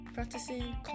practicing